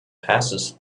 passes